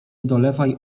dolewaj